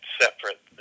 separate